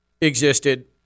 existed